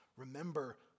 Remember